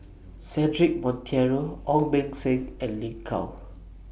Cedric Monteiro Ong Beng Seng and Lin Gao